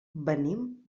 venim